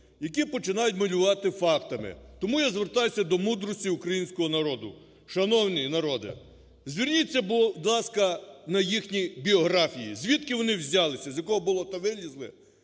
які починають малювати фактами. Тому я звертаюся до мудрості українського народу. Шановний народе, зверніть, будь ласка, на їхні біографії, звідки вони взялися, З якого болота вилізли